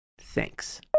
Thanks